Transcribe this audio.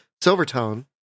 Silvertone